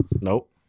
Nope